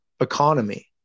economy